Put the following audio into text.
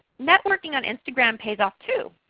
networking on instagram pays off to.